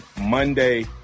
Monday